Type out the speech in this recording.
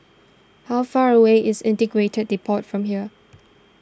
how far away is Integrated Depot from here